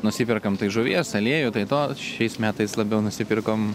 nusiperkame tai žuvies aliejų tai to šiais metais labiau nusipirkom